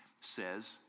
says